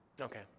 Okay